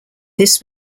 this